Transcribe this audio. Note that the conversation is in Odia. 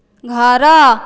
ଘର